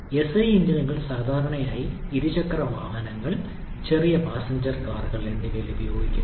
SI എഞ്ചിനുകൾ സാധാരണയായി ഇരുചക്രവാഹനങ്ങൾ ചെറിയ പാസഞ്ചർ കാറുകൾ എന്നിവയിൽ ഉപയോഗിക്കുന്നു